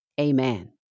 Amen